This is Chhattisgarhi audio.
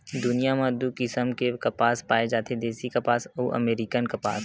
दुनिया म दू किसम के कपसा पाए जाथे देसी कपसा अउ अमेरिकन कपसा